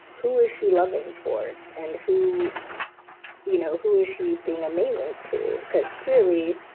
who is she loving towards and who you know, who is she being amazing to? because clearly,